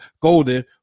Golden